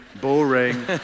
boring